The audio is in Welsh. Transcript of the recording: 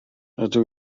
rydw